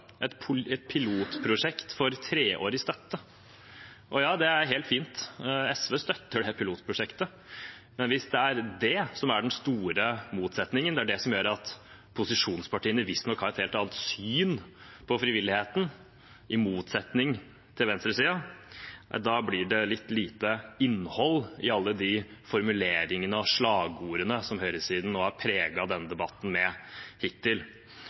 er helt fint, SV støtter det pilotprosjektet, men hvis det er det som er den store motsetningen, hvis det er det som gjør at posisjonspartiene visstnok har et helt annet syn på frivilligheten enn venstresiden, da blir det litt lite innhold i alle de formuleringene og slagordene som hittil har preget denne debatten